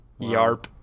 yarp